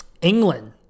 England